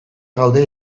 gaude